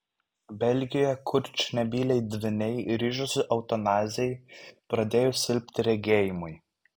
belgijoje kurčnebyliai dvyniai ryžosi eutanazijai pradėjus silpti regėjimui